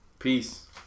Peace